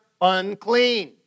unclean